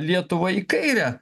lietuvą į kairę